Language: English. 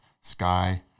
sky